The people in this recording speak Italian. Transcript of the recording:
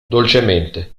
dolcemente